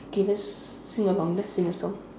okay let's sing along let's sing a song